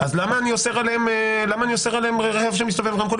למה אני אוסר עליהם רכב שמסתובב עם רמקול?